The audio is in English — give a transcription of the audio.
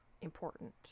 important